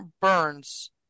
Burns